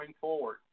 forward